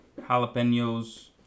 jalapenos